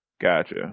Gotcha